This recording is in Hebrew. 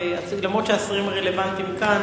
אף-על-פי שהשרים כאן,